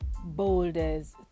boulders